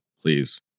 please